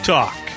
Talk